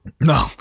No